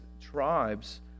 tribes